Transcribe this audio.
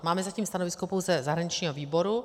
Máme zatím stanovisko pouze zahraničního výboru.